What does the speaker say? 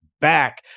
back